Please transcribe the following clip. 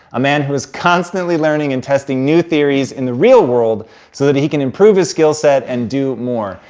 a man who is constantly learning and testing new theories in the real world so that he can improve his skill set and do more.